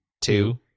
two